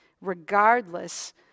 Regardless